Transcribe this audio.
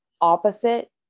opposite